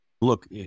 look